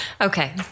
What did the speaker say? Okay